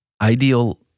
ideal